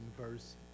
verse